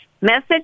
Message